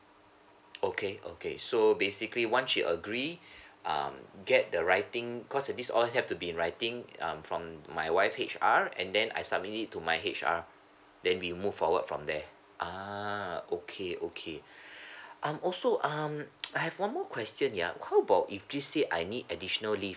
okay okay so basically once she agree um get the writing cause of this all have to be in writing um from the my wife H_R and then I submit it to my H_R then we move forward from there ah okay okay I'm also um I have one more question ya how about if just say I need additional leave